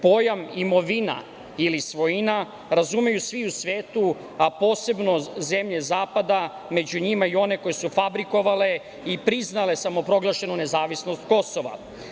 Pojam imovina ili svojina razumeju svi u svetu, a posebno zemlje zapada, među njima i one koje su fabrikovale i priznale samoproglašenu nezavisnost Kosova.